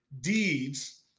deeds